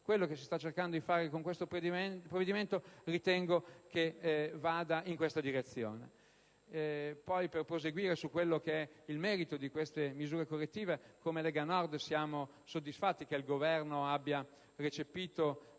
Quel che si sta cercando di fare con questo provvedimento ritengo vada in questa direzione. Sul merito di queste misure correttive, come Lega Nord, siamo soddisfatti che il Governo abbia recepito